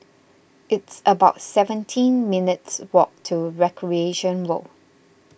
it's about seventeen minutes' walk to Recreation Road